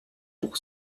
pour